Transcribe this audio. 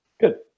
good